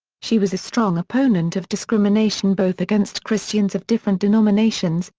she was a strong opponent of discrimination both against christians of different denominations,